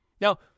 Now